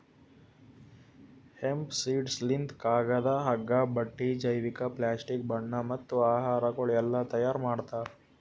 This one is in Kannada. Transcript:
ಹೆಂಪ್ ಸೀಡ್ಸ್ ಲಿಂತ್ ಕಾಗದ, ಹಗ್ಗ, ಬಟ್ಟಿ, ಜೈವಿಕ, ಪ್ಲಾಸ್ಟಿಕ್, ಬಣ್ಣ ಮತ್ತ ಆಹಾರಗೊಳ್ ಎಲ್ಲಾ ತೈಯಾರ್ ಮಾಡ್ತಾರ್